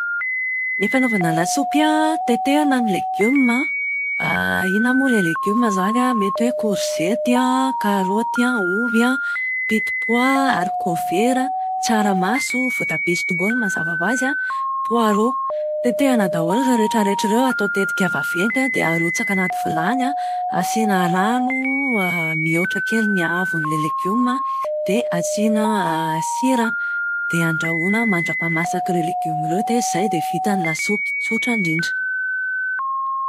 Ny fanaovana laspoy an. Tetehina ny legioma. Inona moa ilay legioma izany an, mety hoe korzety, karaoty, ovy an, pitipoa, arikovera, tsaramaso, voatabia sy tongolo mazava ho azy, poaro. Tetehana daholo ireo rehetra rehetra ireo atao tetika vaventy, dia arotsaka anaty vilany an. Asiana rano mihoatra kely ny haavon'ilay legioma dia asiana sira dia andrahoina mandrapahamasak'ireo legioma ireo dia izay dia vita ny lasopy tsotra indrindra.